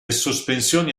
sospensioni